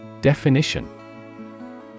Definition